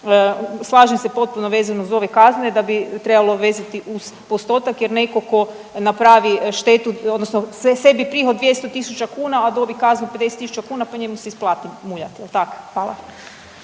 Slažem se potpuno vezano za ove kazne da bi trebalo vezati uz postotak jer netko tko napravi štetu odnosno sve sebi prihodi od 200 tisuća kuna a dobi kaznu 50 tisuća kuna pa njemu se isplati muljat, jel